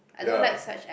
ya